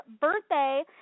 birthday